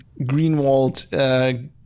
greenwald